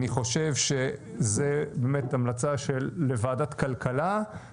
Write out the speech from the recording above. אני חושב שזה באמת המלצה לוועדת כלכלה,